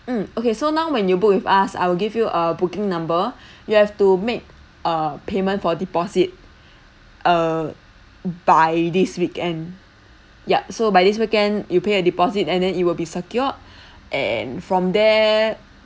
mm okay so now when you book with us I will give you a booking number you have to make a payment for deposit err by this weekend yup so by this weekend you pay a deposit and then it will be secured and from there